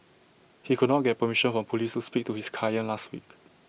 he could not get permission from Police to speak to his client last week